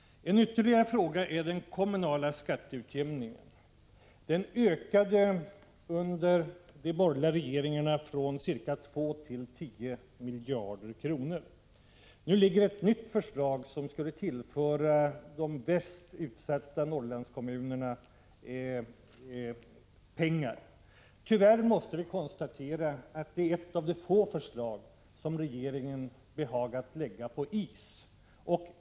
En annan fråga gäller den kommunala skatteutjämningen. Denna ökade under de borgerliga regeringarna från ca 2 till 10 miljarder kronor. Nu föreligger ett nytt förslag, genom vilket de mest utsatta Norrlandskommunerna skulle tillföras pengar. Tyvärr måste vi konstatera att det är ett förslag som regeringen har behagat lägga på is.